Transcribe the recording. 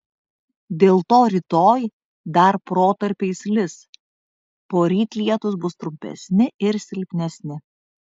dėl to rytoj dar protarpiais lis poryt lietūs bus trumpesni ir silpnesni